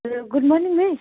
hello good morning miss